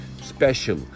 special